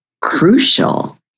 crucial